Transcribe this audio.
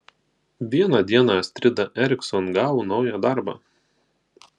vieną dieną astrida ericsson gavo naują darbą